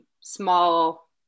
small